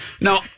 Now